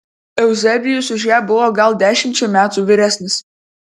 euzebijus už ją buvo gal dešimčia metų vyresnis